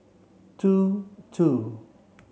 two two